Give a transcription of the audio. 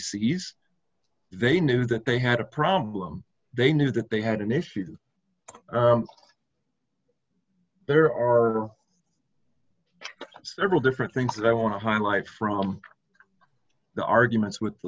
sees they knew that they had a problem they knew that they had an issue there are several different things that i want to highlight from the arguments with the